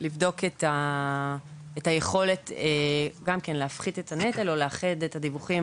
את היכולת להפחית את הנטל או לאחד את הדיווחים